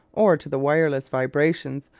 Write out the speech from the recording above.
or to the wireless vibrations,